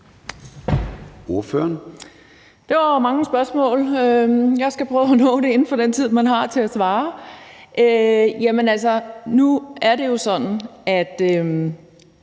Jerkel (KF): Det var jo mange spørgsmål. Jeg skal prøve at nå det inden for den tid, man har til at svare. Jamen altså, nu er det sådan, at